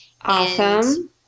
awesome